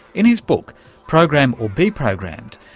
in his book program or be programmed,